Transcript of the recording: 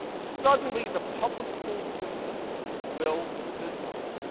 suddenly the public school system will dissolve.